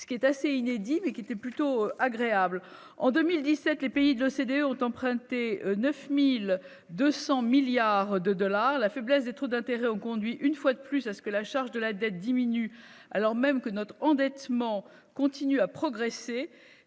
ce qui est assez inédit et qui était plutôt agréable en 2017, les pays de l'OCDE ont emprunté 9200 milliards de dollars, la faiblesse des taux d'intérêt ont conduit une fois de plus à ce que la charge de la dette diminue, alors même que notre endettement continue à progresser